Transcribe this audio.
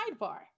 Sidebar